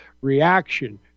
reaction